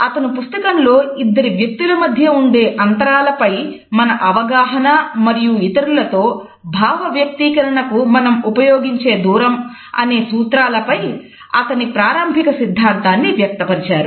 అతను పుస్తకం లో ఇద్దరి వ్యక్తుల మధ్య ఉండే అంతరాల పై మన అవగాహన మరియు ఇతరులతో భావవ్యక్తీకరణకు మనం ఉపయోగించే దూరం అనే సూత్రాల పై అతని ప్రారంభిక సిద్ధాంతాన్ని వ్యక్తపరిచారు